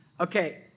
okay